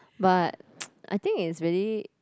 but I think is really